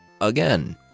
Again